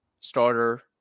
starter